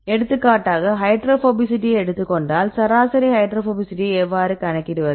எடுத்துக்காட்டாக ஹைட்ரோபோபிசிட்டியை எடுத்துக் கொண்டால் சராசரி ஹைட்ரோபோபிசிட்டியை எவ்வாறு கணக்கிடுவது